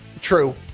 true